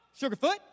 Sugarfoot